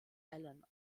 allen